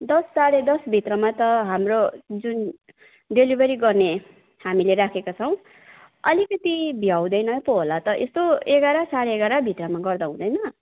दस साँढे दसभित्रमा त हाम्रो जुन डेलिभरी गर्ने हामीले राखेका छौँ अलिकति भ्याउँदैन पो होला त यसो एघार साँढे एघारभित्रमा गर्दा हुँदैन